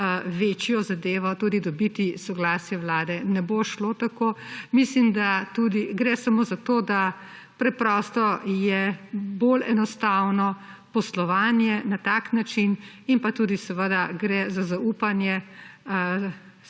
večjo zadevo tudi dobiti soglasje Vlade, ne bo šlo tako. Gre samo za to, da preprosto je bolj enostavno poslovanje na tak način in tudi seveda gre za zaupanje